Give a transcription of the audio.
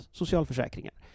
socialförsäkringar